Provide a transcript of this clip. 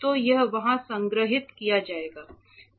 तो वह यहाँ संग्रहीत किया जाएगा